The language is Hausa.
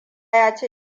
yace